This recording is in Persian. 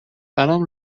برام